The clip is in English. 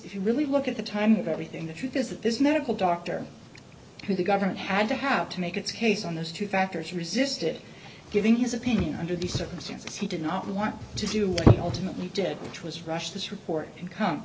if you really look at the time of everything the truth is that this medical doctor who the government had to have to make its case on those two factors he resisted giving his opinion under the circumstances he did not want to do with you ultimately did which was rushed this report income